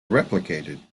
replicated